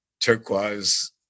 turquoise